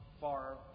far